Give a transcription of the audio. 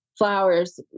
flowers